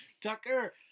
Tucker